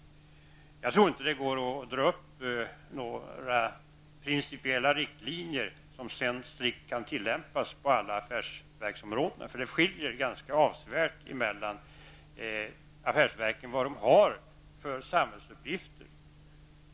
Jag tror inte att det går att dra upp några principiella riktlinjer som sedan strikt kan tillämpas på alla affärsverksområden. Det skiljer ganska avsevärt mellan affärsverkens samhällsuppgifter.